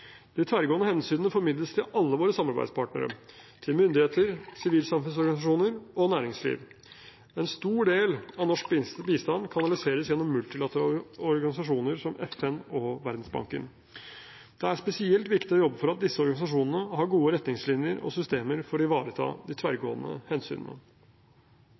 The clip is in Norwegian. tverrgående hensynene formidles til alle våre samarbeidspartnere – til myndigheter, sivilsamfunnsorganisasjoner og næringsliv. En stor del av norsk bistand kanaliseres gjennom multilaterale organisasjoner som FN og Verdensbanken. Det er spesielt viktig å jobbe for at disse organisasjonene har gode retningslinjer og systemer for å ivareta de tverrgående hensynene.